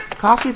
Coffee